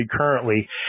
currently